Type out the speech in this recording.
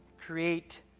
create